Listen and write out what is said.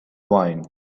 wine